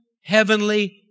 heavenly